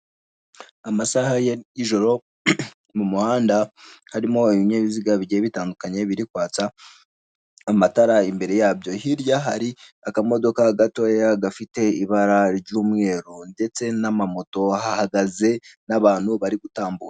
Amasaha y'ijoro mu muhanda harimo ibinyabiziga bigiye bitandukanye biri kwatsa amatara imbere yabyo, hirya hari akamodoka gatoya gafite ibara ry'umweru ndetse na mamoto ahahagaze n'abantu bari gutambuka.